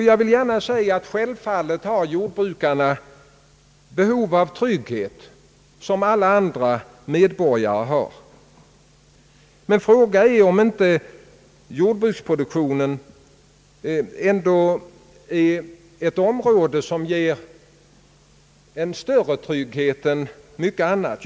Jag vill gärna säga, att jordbrukarna självfallet har behov av trygghet liksom alla andra medborgare, men fråga är om inte jordbruksproduktionen ändå är ett område, som ger en större trygghet än många andra områden.